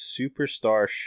superstar